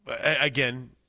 again